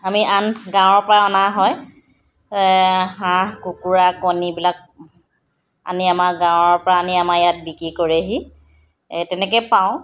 আমি আন গাঁৱৰ পৰা অনা হয় হাঁহ কুকুৰা কণীবিলাক আনি আমাৰ গাঁৱৰ পৰা আনি আমাৰ ইয়াত বিক্ৰী কৰেহি তেনেকৈ পাওঁ